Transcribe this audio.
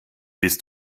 bist